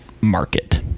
market